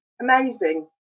amazing